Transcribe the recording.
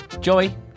Joey